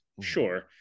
Sure